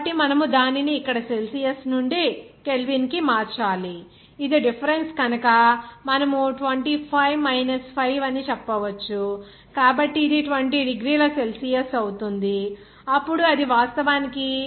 కాబట్టి మనము దానిని ఇక్కడ సెల్సియస్ నుండి కెల్విన్కు మార్చాలి మరియు ఇది డిఫరెన్స్ కనుక మనము 25 5 అని చెప్పవచ్చు కాబట్టి ఇది 20 డిగ్రీల సెల్సియస్ అవుతుంది అప్పుడు అది వాస్తవానికి 293 K